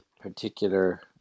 particular